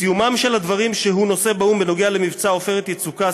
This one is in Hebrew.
בסיומם של הדברים שהוא נושא באו"ם בנוגע למבצע "עופרת יצוקה",